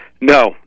No